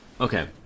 okay